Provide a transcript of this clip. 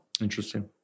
Interesting